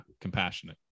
compassionate